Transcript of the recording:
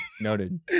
noted